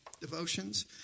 devotions